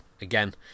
Again